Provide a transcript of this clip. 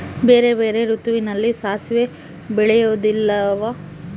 ಬೇರೆ ಬೇರೆ ಋತುವಿನಲ್ಲಿ ಸಾಸಿವೆ ಬೆಳೆಯುವುದಿಲ್ಲವಾ?